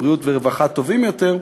בריאות ורווחה טובים יותר,